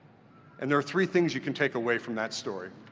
and there are three things you can take away from that story.